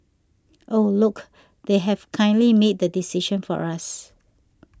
oh look they have kindly made the decision for us